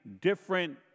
different